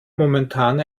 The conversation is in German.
momentan